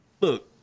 look